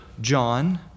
John